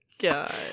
God